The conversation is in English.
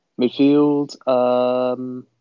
Midfield